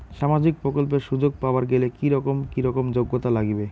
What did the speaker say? সামাজিক প্রকল্পের সুযোগ পাবার গেলে কি রকম কি রকম যোগ্যতা লাগিবে?